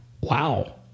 wow